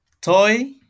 Toy